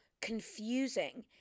confusing